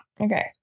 Okay